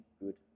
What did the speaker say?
good